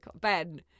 Ben